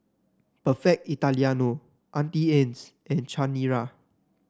Perfect Italiano Auntie Anne's and Chanira